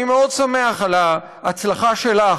אני מאוד שמח על ההצלחה שלך,